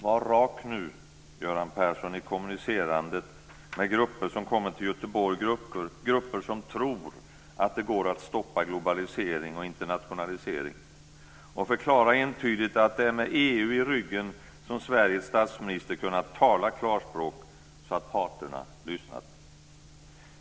Var rak nu, Göran Persson, i kommunicerandet med grupper som kommer till Göteborg och som tror att det går att stoppa globalisering och internationalisering, och förklara entydigt att det är med EU i ryggen som Sveriges statsminister kunnat tala klarspråk, så att parterna lyssnat!